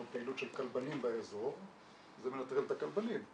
פעילות של כלבנים באזור זה מנטרל את הכלבנים.